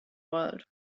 world